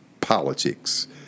politics